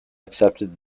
accepted